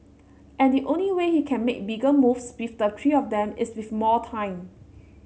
and the only way he can make bigger moves with the three of them is with more time